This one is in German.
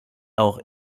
auch